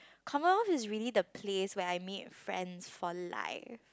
Commonwealth is really the place where I meet friends for life